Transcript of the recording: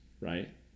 right